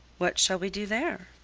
what shall we do there?